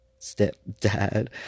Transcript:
stepdad